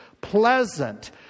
pleasant